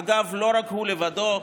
אגב, הוא לא לבדו.